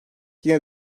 yine